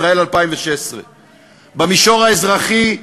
ישראל 2016. במישור האזרחי: